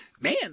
man